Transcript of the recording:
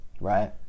right